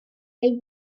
they